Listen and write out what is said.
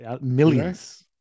Millions